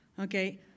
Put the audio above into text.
Okay